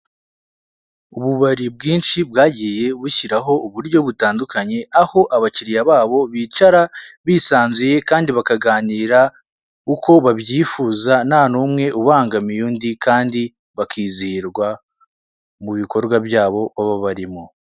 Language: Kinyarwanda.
Ububari bwinshi bwagiye bushyiraho uburyo butandukanye aho abakiriya babo bicara bisanzuye kandi bakaganira uko babyifuza nta n'umwe ubangamiye undi kandi bakizihirwa mu bikorwa byabo baba barimo.